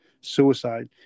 suicide